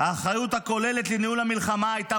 "האחריות הכוללת לניהול המלחמה הייתה